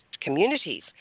communities